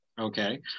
Okay